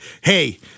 hey